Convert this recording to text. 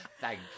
Thank